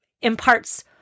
imparts